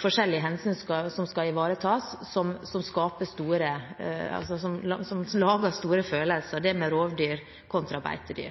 forskjellige hensyn som her skal ivaretas, som setter i sving store